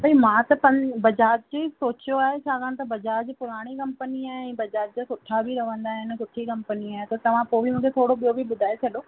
भाई मां त पंहिंजा बजाज जो ई सोचियो आहे छाकाणि त बजाज पुराणी कंपनी आहे ऐं बजाज जो सुठा बि रहंदा आहिनि सुठी कंपनी आहे त तव्हां पोइ बि मूंखे थोरो ॿुधाए छॾियो